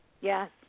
yes